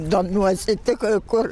domiuosi tik kur